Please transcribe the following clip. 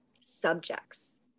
subjects